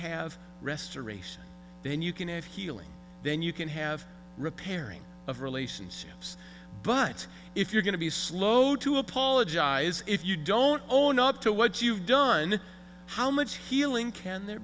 have restoration then you can have healing then you can have repairing of relationships but if you're going to be slow to apologize if you don't own up to what you've done how much healing can there